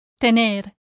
Tener